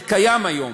זה קיים היום.